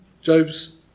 Job's